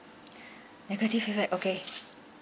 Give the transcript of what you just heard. negative feedback okay